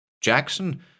Jackson